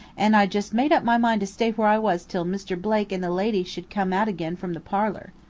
and i just made up my mind to stay where i was till mr. blake and the lady should come out again from the parlor.